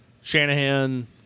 Shanahan